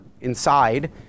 inside